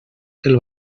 del